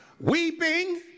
weeping